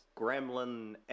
gremlin